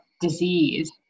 disease